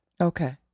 Okay